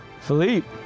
Philippe